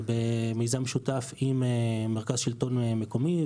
זה במיזם משותף מרכז השלטון המקומי,